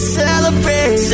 celebrate